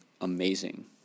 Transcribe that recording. amazing